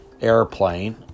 airplane